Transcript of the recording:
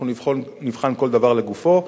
אנחנו נבחן כל דבר לגופו,